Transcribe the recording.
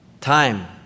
time